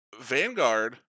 Vanguard